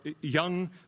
young